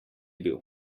bil